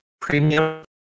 premium